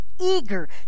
eager